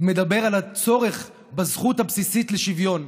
על הצורך בזכות הבסיסית לשוויון.